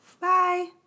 Bye